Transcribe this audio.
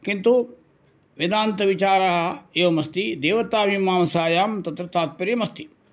किन्तु वेदान्तविचारः एवमस्ति देवतामीमासायां तत्र तात्पर्यमस्ति